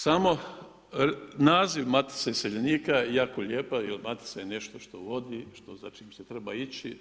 Samo naziv Matice iseljenika je jako lijepa jer matica je nešto što vodi za čim se treba ići.